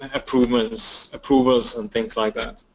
and approvals approvals and things like that.